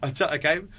Okay